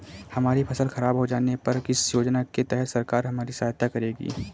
हमारी फसल खराब हो जाने पर किस योजना के तहत सरकार हमारी सहायता करेगी?